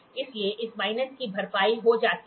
इसलिए इस माइनस की भरपाई हो जाती है